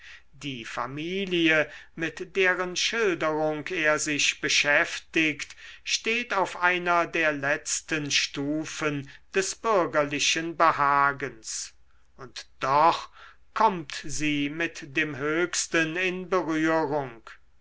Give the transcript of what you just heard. die familie mit deren schilderung er sich beschäftigt steht auf einer der letzten stufen des bürgerlichen behagens und doch kommt sie mit dem höchsten in berührung